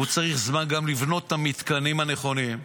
הוא צריך זמן גם לבנות את המתקנים הנכונים.